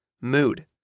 mood